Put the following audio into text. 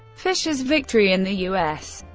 fischer's victory in the u s.